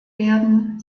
werden